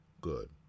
good